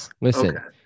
listen